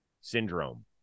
syndrome